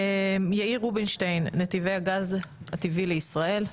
יאיר רובינשטיין נתיבי הגז הטבעי לישראל.